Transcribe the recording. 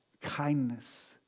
Kindness